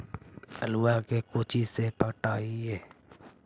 आलुआ के कोचि से पटाइए?